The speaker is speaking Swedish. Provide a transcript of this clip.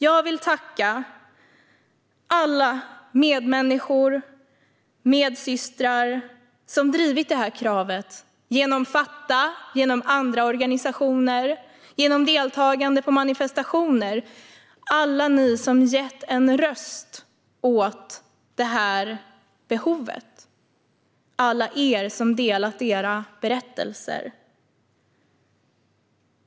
Jag vill tacka alla medmänniskor och medsystrar som har drivit det här kravet genom Fatta och andra organisationer och genom deltagande på manifestationer - alla ni som har gett en röst åt det här behovet och alla ni som har delat era berättelser.